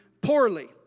poorly